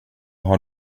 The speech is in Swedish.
har